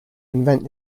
invent